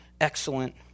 excellent